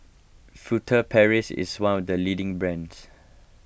Furtere Paris is one of the leading brands